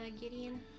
Gideon